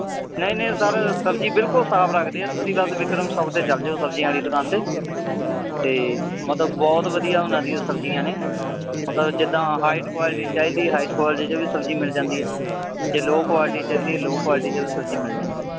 ਨਹੀਂ ਨਹੀਂ ਸਰ ਸਬਜ਼ੀ ਬਿਲਕੁਲ ਸਾਫ਼ ਰੱਖਦੇ ਹੈ ਤੁਸੀਂ ਬਸ ਬਿਕਰਮ ਸ਼ੋਪ 'ਤੇ ਚਲੇ ਜਾਓ ਸਬਜ਼ੀਆਂ ਵਾਲੀ ਦੁਕਾਨ 'ਤੇ ਅਤੇ ਮਤਲਬ ਬਹੁਤ ਵਧੀਆ ਉਹਨਾਂ ਦੀਆਂ ਸਬਜੀਆਂ ਨੇ ਮਤਲਬ ਜਿੱਦਾਂ ਹਾਈ ਕੋਆਲਟੀ ਚਾਹੀਦੀ ਹਾਈ ਕੋਆਲਟੀ 'ਚ ਵੀ ਸਬਜ਼ੀ ਮਿਲ ਜਾਂਦੀ ਆ ਜੇ ਲੋਅ ਕੋਆਲਟੀ ਚਾਹੀਦੀ ਲੋਅ ਕੋਆਲਟੀ 'ਚ ਵੀ ਸਬਜ਼ੀ ਮਿਲ ਜਾਂਦੀ ਹੈ